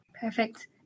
Perfect